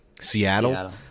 Seattle